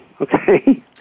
Okay